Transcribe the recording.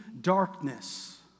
darkness